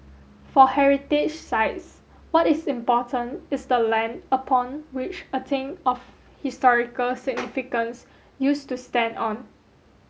for heritage sites what is important is the land upon which a thing of historical significance used to stand on